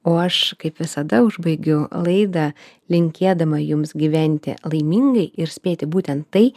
o aš kaip visada užbaigiu laidą linkėdama jums gyventi laimingai ir spėti būtent tai